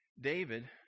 David